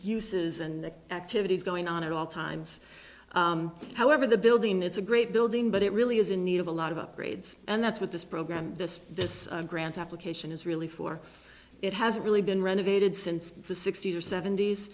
uses and activities going on at all times however the building it's a great building but it really is in need of a lot of upgrades and that's what this program this this grant application is really for it has really been renovated since the sixty's or sevent